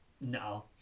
no